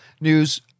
news